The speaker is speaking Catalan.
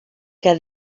que